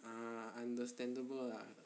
ah understandable lah